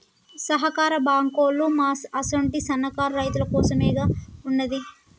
సహకార బాంకులోల్లు మా అసుంటి సన్నకారు రైతులకోసమేగదా ఉన్నది